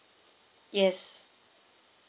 yes